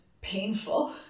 painful